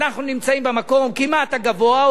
אנחנו נמצאים במקום כמעט הגבוה,